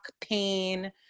pain